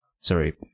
sorry